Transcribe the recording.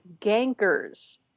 gankers